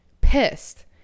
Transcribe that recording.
pissed